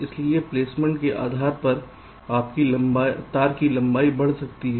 इसलिए प्लेसमेंट के आधार पर आपकी तार की लंबाई बढ़ सकती है